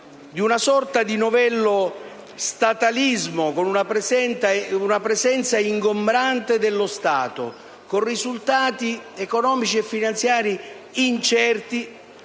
di una sorta di novello statalismo con una presenza ingombrante dello Stato e con risultati economici e finanziari incerti